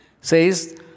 says